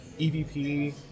EVP